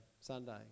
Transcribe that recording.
Sunday